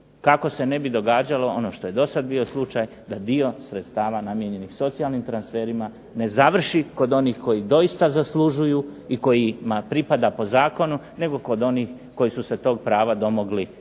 kako se ne bi događalo ono što je do sad bio slučaj da dio sredstava namijenjenih socijalnim transferima ne završi kod onih koji doista zaslužuju i kojima pripada po zakonu, nego kod onih koji su se tog prava domogli muljanjem